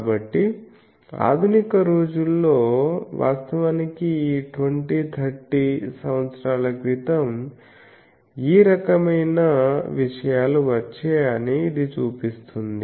కాబట్టి ఆధునిక రోజుల్లో వాస్తవానికి ఈ 20 30 సంవత్సరాల క్రితం ఈ రకమైన విషయాలు వచ్చాయని ఇది చూపిస్తుంది